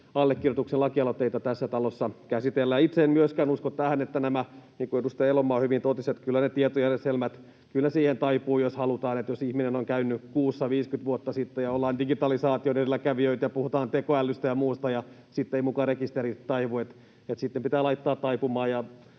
allekirjoituksen lakialoitteita tässä talossa käsitellään. Itse en myöskään usko tähän... Niin kuin edustaja Elomaa hyvin totesi, niin kyllä ne tietojärjestelmät siihen taipuvat, jos halutaan. Että jos ihminen on käynyt kuussa 50 vuotta sitten ja ollaan digitalisaation edelläkävijöitä ja puhutaan tekoälystä ja muusta, ja sitten eivät muka rekisterit taivu. Sitten pitää laittaa taipumaan